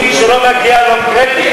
הוא לא מסכים שלא מגיע לו קרדיט.